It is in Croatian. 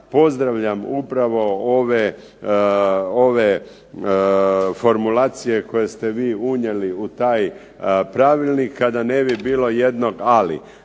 pozdravljam upravo ove formulacije koje ste vi unijeli u taj pravilnik, kada ne bi bilo jednog ali.